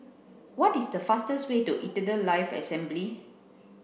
what is the fastest way to Eternal Life Assembly